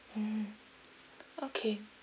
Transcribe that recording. mm okay